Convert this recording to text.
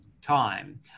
time